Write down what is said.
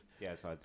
Yes